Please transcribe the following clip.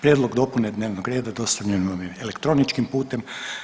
Prijedlog dopune dnevnog reda dostavljen vam je elektroničkim putem.